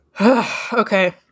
Okay